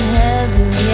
heaven